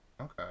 okay